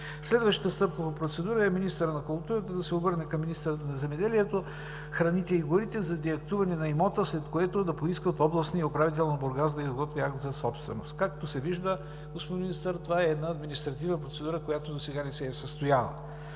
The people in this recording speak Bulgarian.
Следващата стъпка по процедура е министърът на културата да се обърне към Министерството на земеделието, храните и горите за деактуване па имота, след което да поиска от областния управител на Бургас да изготви акт за държавна собственост. Както се вижда, господин Министър, това е една административна процедура, която досега не се е състояла.